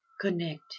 connect